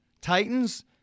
Titans